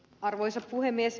arvoisa puhemies